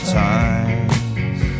times